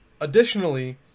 Additionally